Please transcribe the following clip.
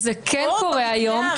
זה כן קורה היום,